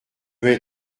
veux